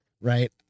Right